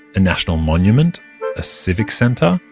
a national monument? a civic center?